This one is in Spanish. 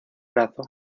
brazo